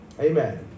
Amen